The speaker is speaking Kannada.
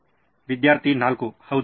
ವಿದ್ಯಾರ್ಥಿ 4 ಹೌದು